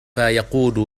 يقود